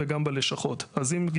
מצאת אשם בכל הבעיות, העולים החדשים.